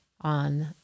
on